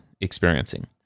experiencing